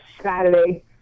Saturday